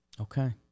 Okay